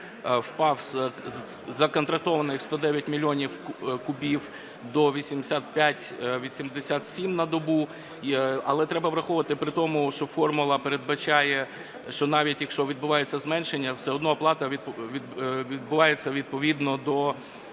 впав з законтрактованих 109 мільйонів кубів до 85-87 на добу. Але треба враховувати при тому, що формула передбачає, що навіть якщо відбувається зменшення, все одно оплата відбувається відповідно до